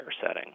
setting